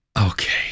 Okay